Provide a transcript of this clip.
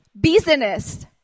business